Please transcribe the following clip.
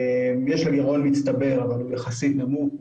יש לה גירעון מצטבר יחסית נמוך,